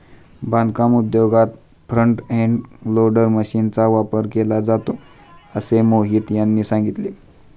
बांधकाम उद्योगात front end loader मशीनचा वापर केला जातो असे मोहित यांनी सांगितले